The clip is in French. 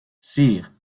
sire